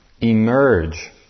emerge